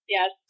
Yes